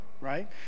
right